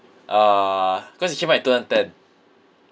uh cause it came out in two thousand ten